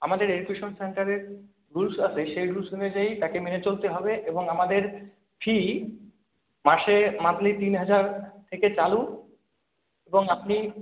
আমাদের এডুকেশান সেন্টারের রুলস আছে সেই রুলস অনুযায়ী তাকে মেনে চলতে হবে এবং আমাদের ফি মাসে মান্থলি তিন হাজার থেকে চালু এবং আপনি